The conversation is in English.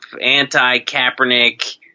anti-Kaepernick